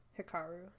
Hikaru